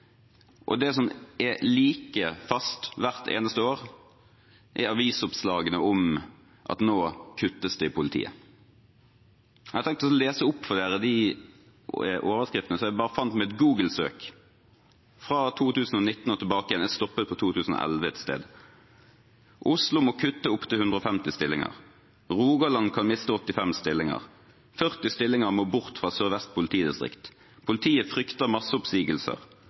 Det som er like fast hvert eneste år, er avisoppslagene om at det kuttes i politiet. Jeg har tenkt å lese opp de overskriftene jeg fant med et Google-søk fra 2019 og bakover – jeg stoppet et sted rundt 2011: «Oslo må kutte opptil 150 stillinger», «Rogaland kan miste 85 stillinger», «40 stillinger må bort fra Sør-Vest politidistrikt», «Politiet frykter